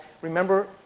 remember